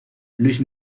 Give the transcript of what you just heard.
luis